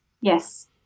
yes